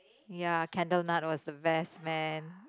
ya Candlenut was the best man